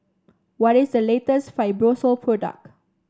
what is the latest Fibrosol product